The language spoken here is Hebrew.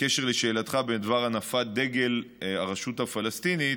לשאלתך בדבר הנפת דגל הרשות הפלסטינית.